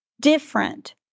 different